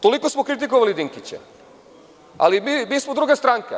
Toliko smo kritikovali Dinkića, ali mi smo druga stranka.